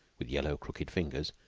with yellow, crooked fingers,